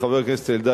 חבר הכנסת אלדד,